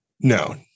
No